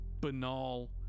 banal